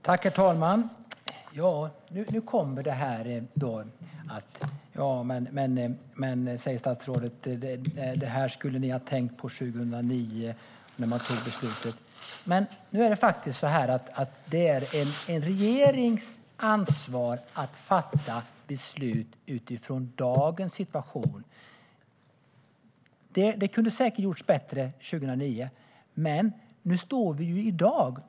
Herr talman! Statsrådet säger att den förra regeringen skulle ha tänkt på detta 2009, när man tog beslut om Nord Stream. Men det är en regerings ansvar att fatta beslut utifrån dagens situation. Detta kunde säkert ha gjorts bättre 2009, men nu står vi här i dag.